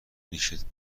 نیشت